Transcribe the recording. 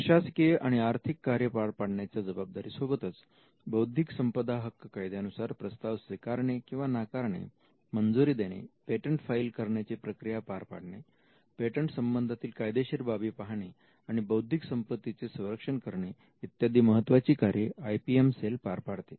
प्रशासकीय आणि आर्थिक कार्ये पार पाडण्याच्या जबाबदारी सोबतच बौद्धिक संपदा हक्क कायद्यानुसार प्रस्ताव स्विकारणे किंवा नाकारणे मंजुरी देणे पेटंट फाईल करण्याची प्रक्रिया पार पाडणे पेटंट संबंधातील कायदेशीर बाबी पाहणे आणि बौद्धिक संपत्तीचे संरक्षण करणे इत्यादी महत्त्वाची कार्ये आय पी एम सेल पार पाडते